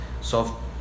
soft